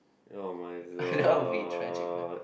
oh my god